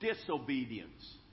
disobedience